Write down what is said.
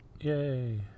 Yay